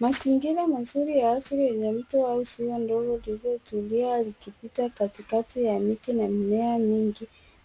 Mazingira mazuri ya asili yenye mto au ziwa dogo lililotulia likipita katikati ya miti na mimea mingi.